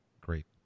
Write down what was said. great